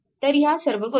तर ह्या सर्व गोष्टी